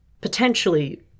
potentially